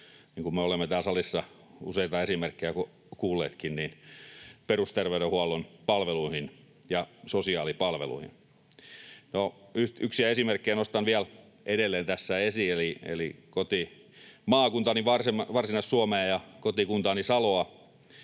niin kuin me olemme täällä salissa useita esimerkkejä kuulleetkin — perusterveydenhuollon palveluihin ja sosiaalipalveluihin. No, yhtenä esimerkkinä nostan vielä edelleen tässä esiin kotimaakuntaani Varsinais-Suomea ja kotikuntaani Saloa,